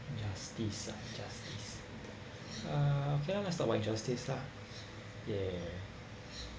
justice ah justice uh okay lah let's talk about justice lah ya